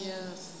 Yes